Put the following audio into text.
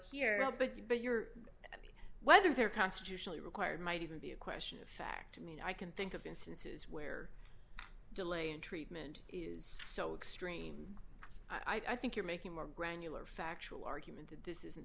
here but you but your whether there are constitutionally required might even be a question of fact i mean i can think of instances where delay in treatment is so extreme i think you're making more granular factual argument that this isn't